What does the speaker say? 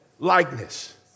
Likeness